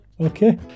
okay